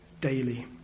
daily